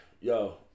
yo